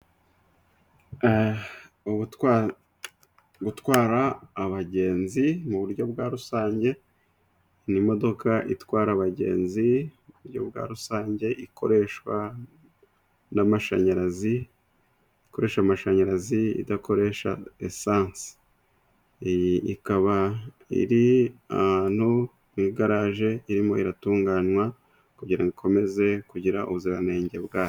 Gutwara abagenzi mu buryo bwa rusange. Ni imodoka itwara abagenzi mu buryo bwa rusange, ikoreshwa n'amashanyarazi, ikoresha amashanyarazi idakoresha esanse. Ikaba iri ahantu ku igaraje irimo iratunganywa, kugira ngo ikomeze kugira ubuziranenge bwayo.